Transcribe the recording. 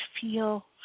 feel